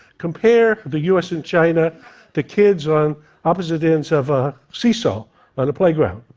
compare the us and china to kids on opposite ends of a seesaw on a playground,